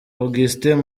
augustin